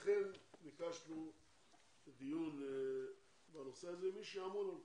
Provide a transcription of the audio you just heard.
לכן ביקשנו דיון בנושא הזה ונקיים אותו עם מי שאמון על כך.